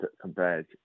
compared